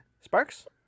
Sparks